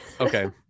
okay